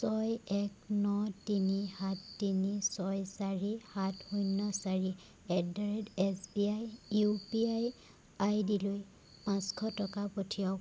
ছয় এক ন তিনি সাত তিনি ছয় চাৰি সাত শূণ্য চাৰি at the rate SBI U P I আইডিলৈ পাঁচশ টকা পঠিৱাওক